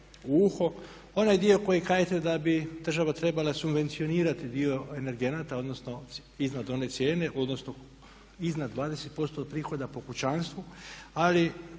uho onaj dio koji kažete da bi država trebala subvencionirati dio energenata, odnosno iznad one cijene, odnosno iznad 20% prihoda po kućanstvu. Ali